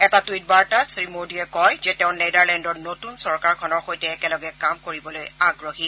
এটা টুইট বাৰ্তাত শ্ৰীমোডীয়ে কয় যে তেওঁ নেডাৰলেণ্ডৰ নতুন চৰকাৰখনৰ সৈতে একেলগে কাম কৰিবলৈ আগ্ৰহী